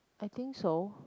I think so